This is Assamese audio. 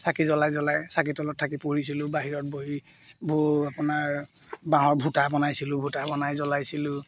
চাকি জ্বলাই জ্বলাই চাকি তলত থাকি পঢ়িছিলোঁ বাহিৰত বহি ব আপোনাৰ বাঁহৰ ভূটা বনাইছিলোঁ ভূটা বনাই জ্বলাইছিলোঁ